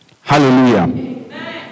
Hallelujah